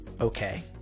okay